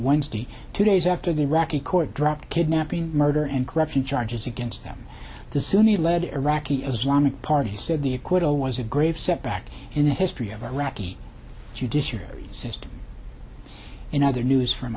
wednesday two days after the iraqi court dropped kidnapping murder and corruption charges against them the sunni led iraqi islamic party said the acquittal was a grave setback in the history of iraqi judiciary system in other news from